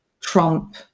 trump